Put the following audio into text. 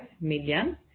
million